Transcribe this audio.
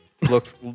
looks